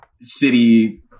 city